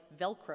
Velcro